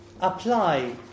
apply